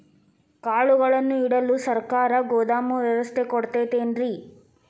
ಕಾಳುಗಳನ್ನುಇಡಲು ಸರಕಾರ ಗೋದಾಮು ವ್ಯವಸ್ಥೆ ಕೊಡತೈತೇನ್ರಿ?